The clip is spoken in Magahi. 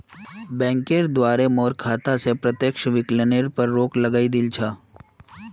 बैंकेर द्वारे मोर खाता स प्रत्यक्ष विकलनेर पर रोक लगइ दिल छ